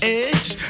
edge